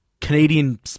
Canadian